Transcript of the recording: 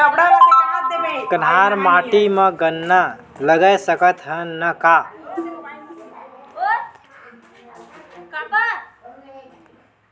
कन्हार माटी म गन्ना लगय सकथ न का?